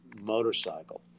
motorcycle